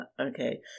Okay